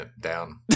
down